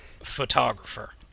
photographer